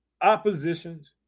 oppositions